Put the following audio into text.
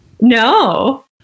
No